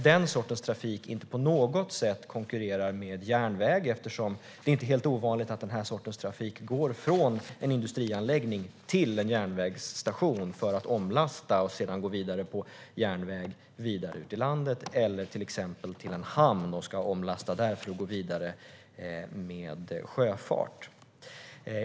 Den sortens trafik konkurrerar inte på något sätt med järnvägen, eftersom det inte är helt ovanligt att den här sortens trafik går från en industrianläggning till en järnvägsstation för omlastning och sedan vidare på järnväg vidare ut i landet eller till exempel till hamn för omlastning för att gå vidare med sjöfart.